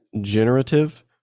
Generative